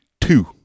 two